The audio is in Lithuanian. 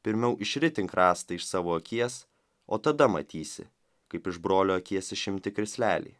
pirmiau išritink rąstą iš savo akies o tada matysi kaip iš brolio akies išimti krislelį